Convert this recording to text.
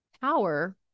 power